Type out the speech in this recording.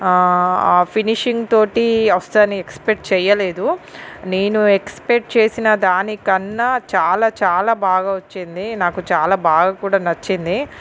ఆ ఫినిషింగ్ తోటి వస్తుందని ఎక్స్పెక్ట్ చేయలేదు నేను ఎక్స్పెక్ట్ చేసిన దాని కన్నా చాలా చాలా బాగా వచ్చింది నాకు చాలా బాగా కూడా నచ్చింది